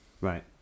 Right